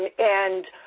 and,